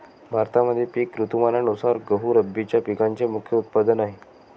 भारतामध्ये पिक ऋतुमानानुसार गहू रब्बीच्या पिकांचे मुख्य उत्पादन आहे